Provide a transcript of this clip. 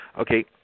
Okay